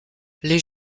les